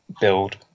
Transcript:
build